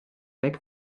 weg